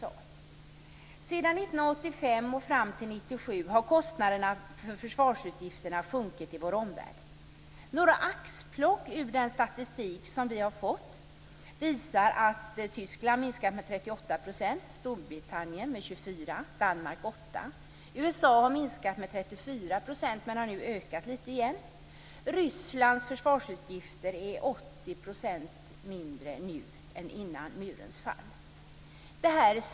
Sedan 1985 och fram till 1997 har kostnaderna för försvarsutgifterna sjunkit i vår omvärld. Några axplock ur den statistik som vi har fått visar att Tyskland har minskat försvarsutgifterna med 38 %, USA har minskat utgifterna med 34 % men har nu ökat lite igen. Rysslands försvarsutgifter är 80 % lägre nu än före murens fall.